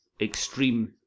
extreme